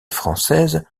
française